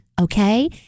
okay